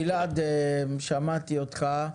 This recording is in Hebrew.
גלעד, שמעתי אותך.